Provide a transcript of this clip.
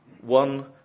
one